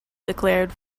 declared